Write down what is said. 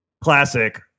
classic